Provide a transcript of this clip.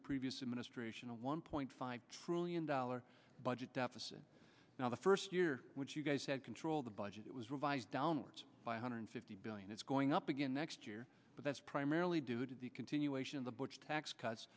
the previous administration a one point five trillion dollars budget deficit now the first year which you guys said control the budget was revised downwards five hundred fifty billion it's going up again next year but that's primarily due to the continuation of the bush tax cuts